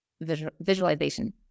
visualization